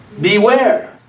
Beware